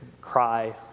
cry